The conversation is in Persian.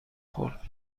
خورد